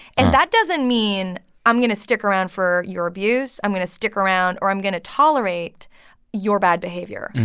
and that doesn't mean i'm going to stick around for your abuse, i'm going to stick around or i'm going to tolerate your bad behavior.